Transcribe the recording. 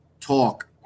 talk